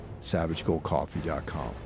savagegoldcoffee.com